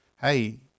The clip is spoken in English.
hey